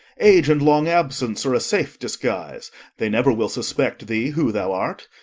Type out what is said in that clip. age and long absence are a safe disguise they never will suspect thee who thou art.